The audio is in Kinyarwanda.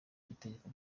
itegeko